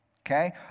Okay